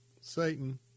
Satan